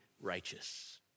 righteous